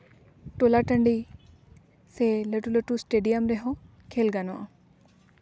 ᱴᱚᱞᱟ ᱴᱟᱺᱰᱤ ᱥᱮ ᱞᱟᱹᱴᱩᱼᱞᱟᱹᱴᱩ ᱮᱥᱴᱮᱰᱤᱭᱟᱢ ᱨᱮᱦᱚᱸ ᱠᱷᱮᱞ ᱜᱟᱱᱚᱜᱼᱟ